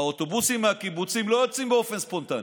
האוטובוסים מהקיבוצים לא יוצאים באופן ספונטני,